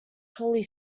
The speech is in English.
holy